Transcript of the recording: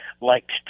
liked